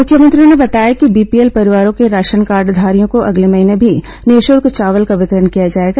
मुख्यमंत्री ने बताया कि बीपीएल परिवारों के राशन कार्डघारियों को अगले महीने भी निःशुल्क चावल का वितरण किया जाएगा